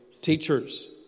teachers